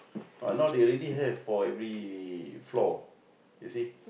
but now they already have for every floor you see